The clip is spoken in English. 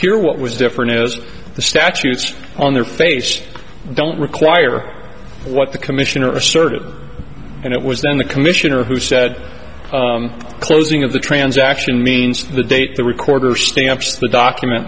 here what was different is the statutes on their face don't require what the commissioner asserted and it was then the commissioner who said closing of the transaction means the date the recorder stamps the document